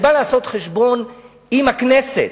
אני בא לעשות חשבון עם הכנסת,